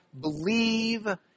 believe